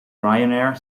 ryanair